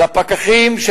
על הפקחים של העיריות,